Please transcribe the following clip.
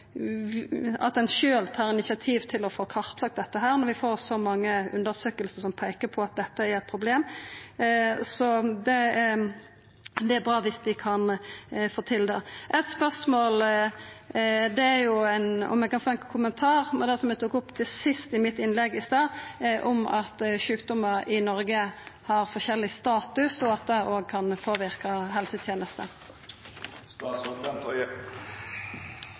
ein sjølv tar initiativ til å få kartlagd dette, når vi får så mange undersøkingar som peikar på at dette er eit problem. Det er bra viss ein kan få til det. Kan eg få ein kommentar til det som eg tok opp sist i mitt innlegg i stad, om at sjukdomar i Noreg har forskjellig status, og at det òg kan